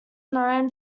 known